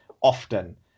often